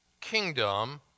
kingdom